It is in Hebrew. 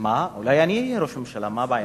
אולי אני אהיה ראש הממשלה, מה הבעיה.